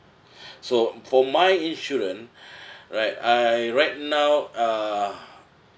so for my insurance right I right now uh